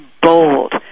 bold